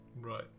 right